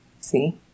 See